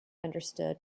understood